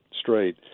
straight